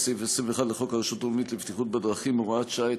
סעיף 21 לחוק הרשות הלאומית לבטיחות בדרכים (הוראת שעה),